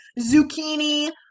zucchini